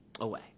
away